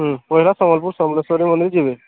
ହୁଁ ପ୍ରଥମେ ସମ୍ବଲପୁର ସମଲେଶ୍ୱରୀ ମନ୍ଦିର ଯିବେ